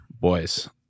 Boys